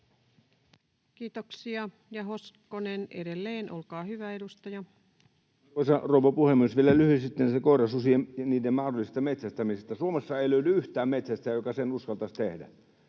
Kiitoksia. — Ja Hoskonen edelleen. Olkaa hyvä, edustaja. Arvoisa rouva puhemies! Vielä lyhyesti näiden koirasusien mahdollisesta metsästämisestä: Suomesta ei löydy yhtään metsästäjää, joka sen uskaltaisi tehdä.